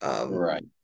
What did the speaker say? Right